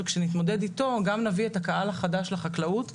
וכשנתמודד איתו גם נביא את הקהל החדש לחקלאות.